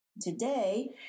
today